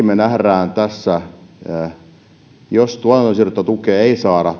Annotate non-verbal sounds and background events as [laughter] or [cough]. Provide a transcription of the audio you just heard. [unintelligible] me näemme tässä jos tuotantoon sidottua tukea ei saada